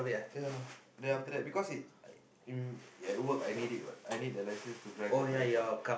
ya then after that because it's at work I need it what I need the license to drive the fire truck